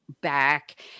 back